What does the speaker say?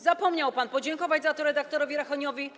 Zapomniał pan podziękować za to redaktorowi Rachoniowi.